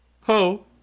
ho